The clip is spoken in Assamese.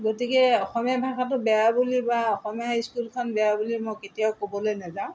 গতিকে অসমীয়া ভাষাটো বেয়া বুলি বা অসমীয়া স্কুলখন বেয়া বুলি মই কেতিয়াও ক'বলৈ নাযাওঁ